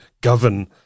govern